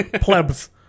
Plebs